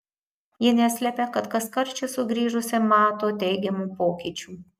ji neslepia kad kaskart čia sugrįžusi mato teigiamų pokyčių